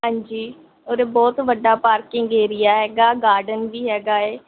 ਹਾਂਜੀ ਉਰੇ ਬਹੁਤ ਵੱਡਾ ਪਾਰਕਿੰਗ ਏਰੀਆ ਹੈਗਾ ਗਾਰਡਨ ਵੀ ਹੈਗਾ ਏ